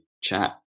chat